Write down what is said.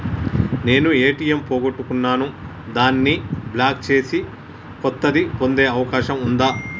నేను ఏ.టి.ఎం పోగొట్టుకున్నాను దాన్ని బ్లాక్ చేసి కొత్తది పొందే అవకాశం ఉందా?